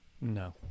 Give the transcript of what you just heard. No